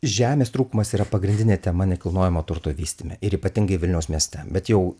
žemės trūkumas yra pagrindinė tema nekilnojamo turto vystyme ir ypatingai vilniaus mieste bet jau